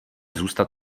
zůstat